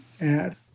add